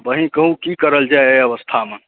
अहीं कहु की करल जाय एहि अवस्थामे